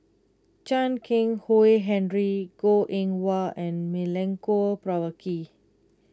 Chan Keng Howe Harry Goh Eng Wah and Milenko Prvacki